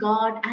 God